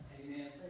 Amen